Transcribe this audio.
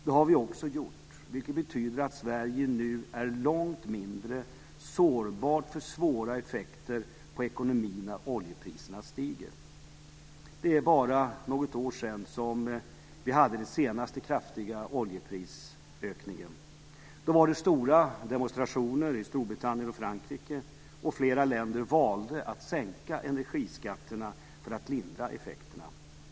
Det har vi också gjort, vilket betyder att Sveriges ekonomi nu är långt mindre sårbar för svåra effekter när oljepriserna stiger. Det är bara något år sedan vi hade den senaste kraftiga oljeprisökningen. Då var det stora demonstrationer i Storbritannien och Frankrike, och flera länder valde att sänka energiskatterna för att lindra effekterna.